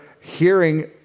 hearing